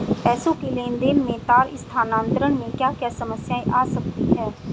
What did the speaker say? पैसों के लेन देन में तार स्थानांतरण में क्या क्या समस्याएं आ सकती हैं?